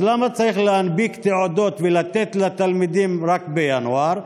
אז למה צריך להנפיק תעודות ולתת לתלמידים רק בינואר,